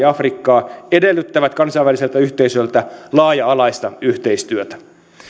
afrikkaa edellyttävät kansainväliseltä yhteisöltä laaja alaista yhteistyötä